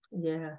Yes